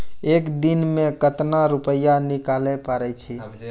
एक दिन मे केतना रुपैया निकाले पारै छी?